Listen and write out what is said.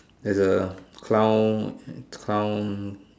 there's a clown clown